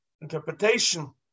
interpretation